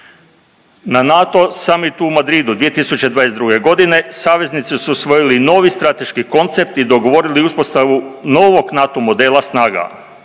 Na NATO summitu u Madridu 2022.g. saveznici su usvojili novi strateški koncept i dogovorili uspostavu novog NATO modela snaga.